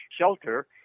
shelter